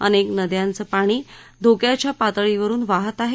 अनेक नद्यांचं पाणी धोक्याच्या पातळीवरुन वाहत आहे